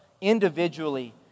individually